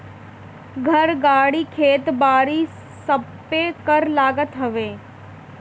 घर, गाड़ी, खेत बारी सबपे कर लागत हवे